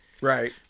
Right